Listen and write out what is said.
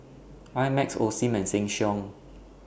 I Max Osim and Sheng Siong